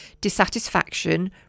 dissatisfaction